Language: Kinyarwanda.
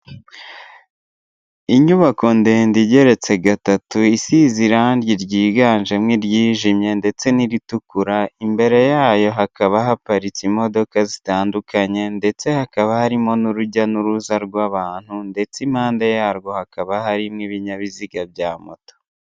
Inyubako ndende igeretse gatatu isize irange ry'ibara ry'iganjemo n'iryijimye, ndetse n'iritukura ,imbere yayo hakaba haparitse imodoka zitandukanye. ndetse hakaba harimo urujya nuruza rwabantu. Ndetse impande zarwo hakaba hari n'ibinyabiziga bya moto.